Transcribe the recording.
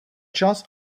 čas